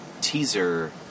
teaser